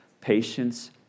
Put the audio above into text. patience